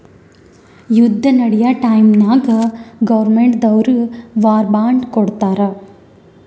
ಯುದ್ದ ನಡ್ಯಾ ಟೈಮ್ನಾಗ್ ಗೌರ್ಮೆಂಟ್ ದವ್ರು ವಾರ್ ಬಾಂಡ್ ಕೊಡ್ತಾರ್